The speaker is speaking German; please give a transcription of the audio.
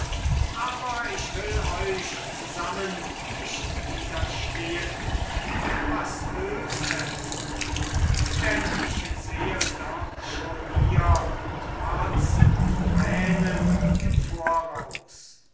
aber ich will euch zusammen nicht widerstehen was hülf es denn ich sehe doch schon hier trotz und tränen im voraus